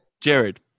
Jared